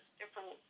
different